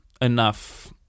enough